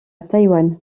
taïwan